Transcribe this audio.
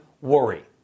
worry